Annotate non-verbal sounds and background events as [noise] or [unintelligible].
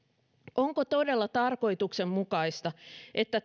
onko todella tarkoituksenmukaista että [unintelligible]